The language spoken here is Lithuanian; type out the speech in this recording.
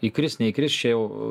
įkris neįkris čia jau